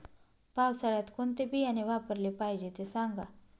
पावसाळ्यात कोणते बियाणे वापरले पाहिजे ते सांगा